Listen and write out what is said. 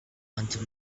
under